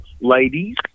ladies